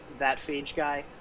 thatphageguy